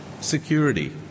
security